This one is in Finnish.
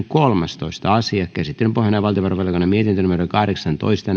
kolmastoista asia käsittelyn pohjana on valtiovarainvaliokunnan mietintö kahdeksantoista